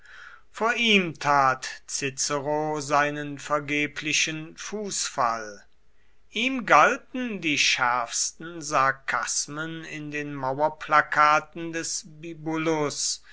vor ihm tat cicero seinen vergeblichen fußfall ihm galten die schärfsten sarkasmen in den mauerplakaten des bibulus